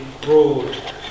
broad